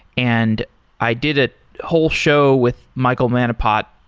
and i did a whole show with michael manapat,